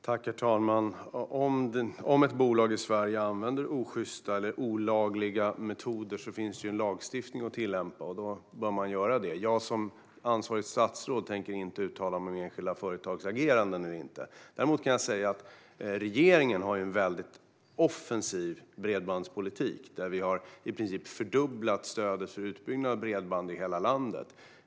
Herr talman! Om ett bolag i Sverige använder osjysta eller olagliga metoder finns det en lagstiftning att tillämpa, och då bör man göra det. Som ansvarigt statsråd tänker jag inte uttala mig om enskilda företags agerande. Däremot kan jag säga att regeringen har en väldigt offensiv bredbandspolitik. Vi har i princip fördubblat stödet för utbyggnad av bredband i hela landet.